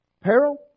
peril